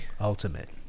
Ultimate